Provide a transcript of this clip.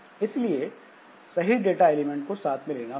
इसलिए सही data element को साथ में लेना होगा